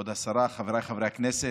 כבוד השרה, חבריי חברי הכנסת,